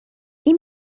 این